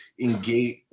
engage